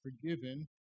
forgiven